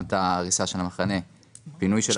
גם הריסת המחנה ופינוי,